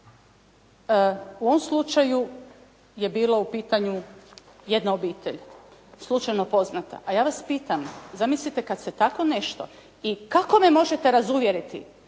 U ovom slučaju je bilo u pitanju jedna obitelj slučajno poznata. A ja vas pitam, zamislite kad se tako nešto i kako me možete razuvjeriti